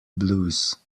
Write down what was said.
blues